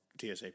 TSA